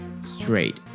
straight